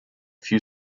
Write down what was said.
few